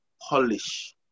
polish